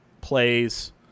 plays